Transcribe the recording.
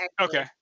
Okay